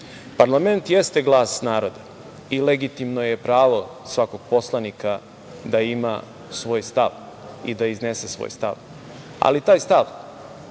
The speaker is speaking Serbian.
jeste glas naroda i legitimno je pravo svakog poslanika da ima svoj stav i da iznese svoj stav, ali taj stav